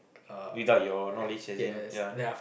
without your knowledge as in ya